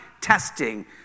testing